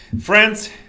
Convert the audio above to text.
Friends